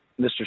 mr